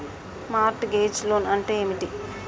Mart gauge loan అంటే ఏమిటి?